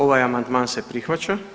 Ovaj amandman se prihvaća.